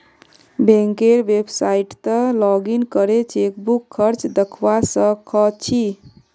बैंकेर website login करे chequebook खर्च दखवा स ख छि